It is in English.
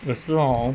只是 hor